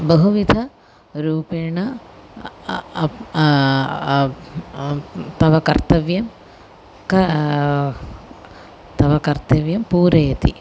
बहुविधरूपेण तव कर्तव्यं क तव कर्तव्यं पूरयति